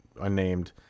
unnamed